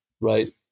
right